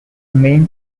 main